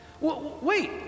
Wait